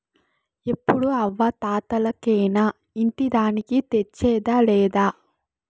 ఎప్పుడూ అవ్వా తాతలకేనా ఇంటి దానికి తెచ్చేదా లేదా